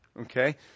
okay